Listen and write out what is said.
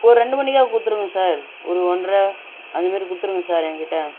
ஒரு ரெண்டு மணிக்காக கொடுத்துருங்க சார் ஒரு ஒன்றை அது மேரி கொடுத்துருங்க சார் ஏங்கிட்ட